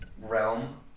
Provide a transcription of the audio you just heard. realm